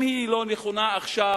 אם היא לא נכונה עכשיו,